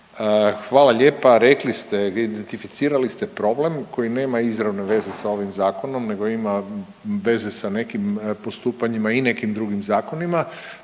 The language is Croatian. Hvala lijepa. Rekli ste, identificirali ste problem koji nema izravne veze sa ovim zakonom nego ima veze sa nekim postupanjima i nekim drugim zakonima,